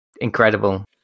Incredible